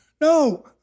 No